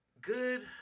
good